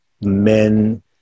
men